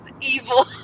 evil